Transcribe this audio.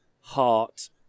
heart